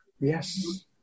Yes